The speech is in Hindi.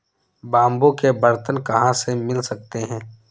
बाम्बू के बर्तन कहाँ से मिल सकते हैं?